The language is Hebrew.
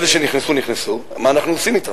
אלה שנכנסו, נכנסו, מה אנחנו עושים אתם.